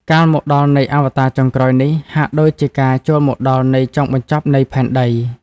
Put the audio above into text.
កាលមកដល់នៃអវតារចុងក្រោយនេះ ហាក់ដូចជាការចូលមកដល់នៃ ចុងបញ្ចប់នៃផែនដី។